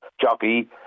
jockey